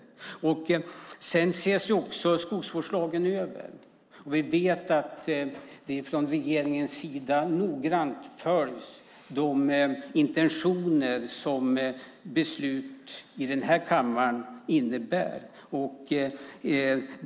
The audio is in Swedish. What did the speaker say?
Skogsvårdslagen ses också över. Vi vet att man från regeringens sida noggrant följer de intentioner som beslut i denna kammare innebär.